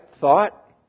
thought